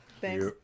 Thanks